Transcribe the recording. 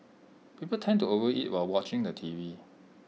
people tend to overeat while watching the T V